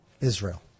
Israel